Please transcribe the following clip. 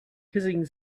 hissing